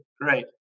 great